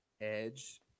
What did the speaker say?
edge